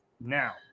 now